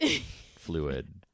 fluid